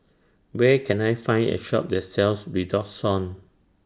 Where Can I Find A Shop that sells Redoxon